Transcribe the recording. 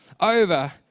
over